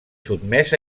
sotmès